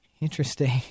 interesting